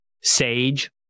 sage